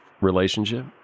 relationship